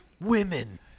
Women